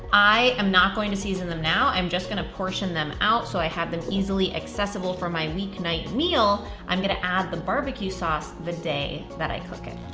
i am not going to season them now. i'm just going to portion them out so i have them easily accessible for my weeknight meal. i'm gonna add the barbecue sauce the day that i cook it.